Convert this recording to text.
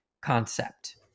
concept